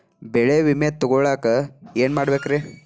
ಬೆಳೆ ವಿಮೆ ತಗೊಳಾಕ ಏನ್ ಮಾಡಬೇಕ್ರೇ?